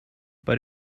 but